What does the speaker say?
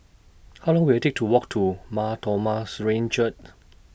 How Long Will IT Take to Walk to Mar Thoma Syrian Church